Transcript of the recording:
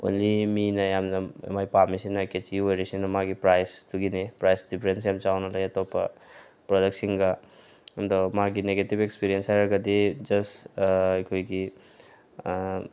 only ꯃꯤꯅ ꯌꯥꯝꯅ ꯃꯥꯏ ꯄꯥꯝꯂꯤꯁꯤꯅ ꯃꯥꯏ ꯀꯦꯠꯆꯤ ꯑꯣꯏꯔꯤꯁꯤꯅ ꯃꯥꯒꯤ ꯄ꯭ꯔꯥꯏꯖꯇꯨꯒꯤꯅꯤ ꯄ꯭ꯔꯥꯏꯖ ꯗꯦꯐꯔꯦꯟꯁ ꯌꯥꯝ ꯆꯥꯎꯅ ꯂꯩ ꯑꯇꯣꯞꯄ ꯄ꯭ꯔꯗꯛꯁꯤꯡꯒ ꯑꯗꯣ ꯃꯥꯒꯤ ꯅꯦꯒꯦꯇꯤꯕ ꯑꯦꯛꯁꯄꯤꯔꯦꯟꯁ ꯍꯥꯏꯔꯒꯗꯤ ꯖꯁ ꯑꯩꯈꯣꯏꯒꯤ